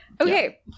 Okay